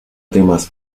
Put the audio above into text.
temas